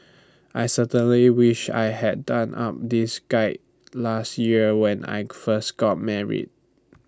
I certainly wish I had done up this guide last year when I first got married